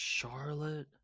Charlotte